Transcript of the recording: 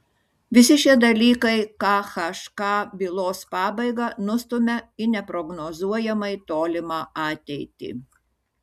visi šie dalykai khk bylos pabaigą nustumia į neprognozuojamai tolimą ateitį